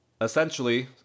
essentially